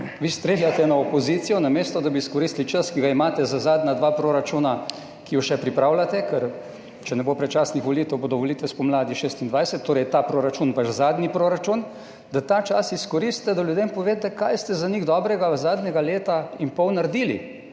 Vi streljate na opozicijo, namesto da bi izkoristili čas, ki ga imate za zadnja dva proračuna, ki ju še pripravljate. Ker če ne bo predčasnih volitev, bodo volitve spomladi 2026. Torej, je ta proračun vaš zadnji proračun, ta čas izkoristite, da ljudem poveste, kaj ste za njih dobrega zadnjega leta in pol naredili,